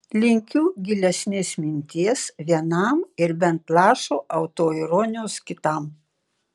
linkiu gilesnės minties vienam ir bent lašo autoironijos kitam